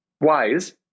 wise